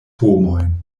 homojn